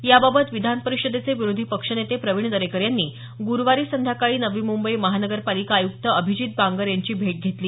याबाबत विधान परिषदेचे विरोधी पक्षनेते प्रवीण दरेकर यांनी गुरूवारी संध्याकाळी नवी मुंबई महानगरपालिका आयुक्त अभिजीत बांगर यांची भेट घेतली